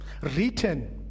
written